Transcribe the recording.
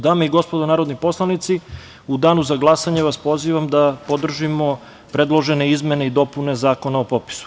Dame i gospodo narodni poslanici, u danu za glasanje vas pozivam da podržimo predložene izmene i dopune Zakona o popisu.